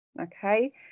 okay